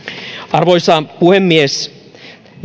arvoisa puhemies